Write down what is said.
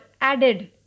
added